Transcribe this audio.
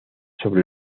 sobre